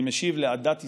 אני משיב: לעדת ישראל,